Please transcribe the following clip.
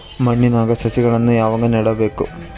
ಮಣ್ಣಿನ್ಯಾಗ್ ಸಸಿಗಳನ್ನ ಯಾವಾಗ ನೆಡಬೇಕು?